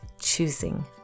Choosing